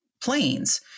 planes